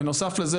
בנוסף לזה,